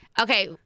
Okay